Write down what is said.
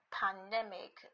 pandemic